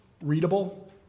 readable